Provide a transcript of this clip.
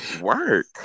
work